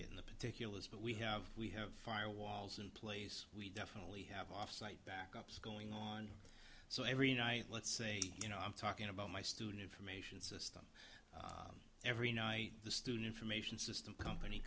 we in the particulars but we have we have fire walls in place we definitely have offsite backups going on so every night let's say you know i'm talking about my student information system every night the student information system company